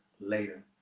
later